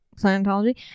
Scientology